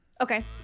Okay